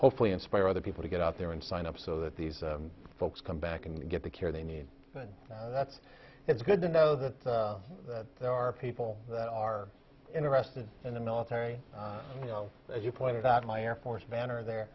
hopefully inspire other people to get out there and sign up so that these folks come back and get the care they need but that's it's good to know that there are people that are interested in the military you know as you pointed out my air force banner there